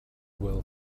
will